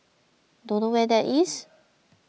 don't know where that is